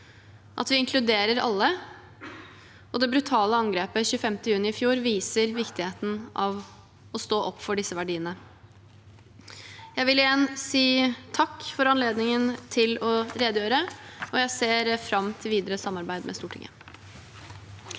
at vi inkluderer alle. Det brutale angrepet 25. juni i fjor viser viktigheten av å stå opp for disse verdiene. Jeg vil igjen si takk for anledningen til å redegjøre, og jeg ser fram til videre samarbeid med Stortinget.